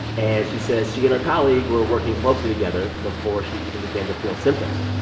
and she says she and colleague were working closely together before she even began to feel symptoms.